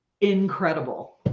incredible